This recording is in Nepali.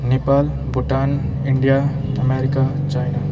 Nepal Bhutan India America China